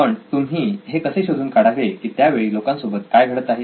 पण तुम्ही हे कसे शोधून काढावे की त्यावेळी लोकांसोबत काय घडत आहे